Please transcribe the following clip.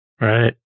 Right